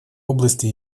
области